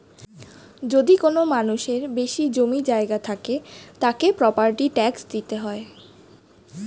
যদি কোনো মানুষের বেশি জমি জায়গা থাকে, তাকে প্রপার্টি ট্যাক্স দিতে হয়